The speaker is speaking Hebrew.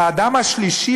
האדם השלישי,